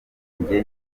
njye